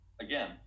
again